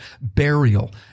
burial